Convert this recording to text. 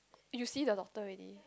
you see the doctor already